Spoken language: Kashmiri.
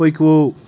پٔکۍوو